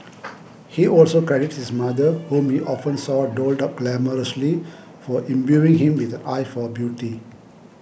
he also credits his mother whom he often saw dolled up glamorously for imbuing him with an eye for beauty